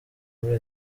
muri